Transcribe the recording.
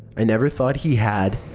i never thought he had.